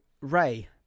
Ray